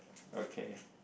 okay